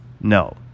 No